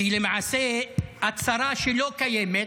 כי למעשה את שרה שלא קיימת.